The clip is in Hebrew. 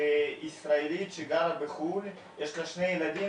שהיא ישראלית שגרה בחו"ל, יש לה שני ילדים